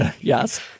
Yes